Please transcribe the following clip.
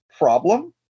problem